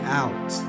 out